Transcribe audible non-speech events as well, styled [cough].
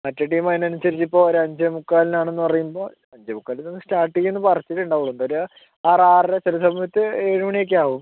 മറ്റേ ടീം അതിനനുസരിച്ചിപ്പോൾ ഒരു അഞ്ചേ മുക്കാലിന് ആണെന്ന് പറയുമ്പോൾ അഞ്ചേ മുക്കാൽ [unintelligible] സ്റ്റാർട്ട് ചെയ്യുമെന്ന് പറച്ചിലേ ഉണ്ടാവുകയുള്ളൂ എന്തായാലും ആറ് ആറര ചില സമയത്ത് ഏഴുമണിയൊക്കെ ആവും